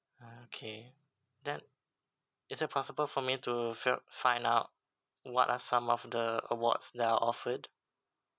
okay then is it possible for me to felt find out what are some of the awards that are offered